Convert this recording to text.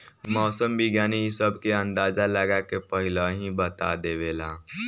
मौसम विज्ञानी इ सब के अंदाजा लगा के पहिलहिए बता देवेला